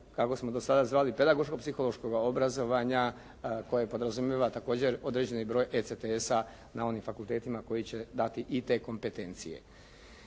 kako smo do sada zvali, pedagoško-psihološkoga obrazovanja koje podrazumijeva također određeni broj ECTS na onim fakultetima koji će dati i te kompetencije.